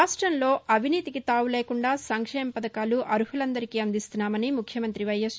రాష్టంలో అవినీతికి తావులేకుండా సంక్షేమ పథకాలు అర్హులు అందరికీ అందిస్తున్నామని ముఖ్యమంత్రి వైఎస్